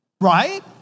right